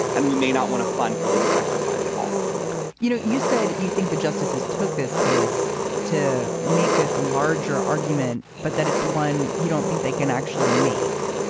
and we may not want to fund religious exercise at all you know, you said you think the justices took this case to make this larger argument, but that it's one you don't think they can actually make.